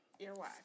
Earwax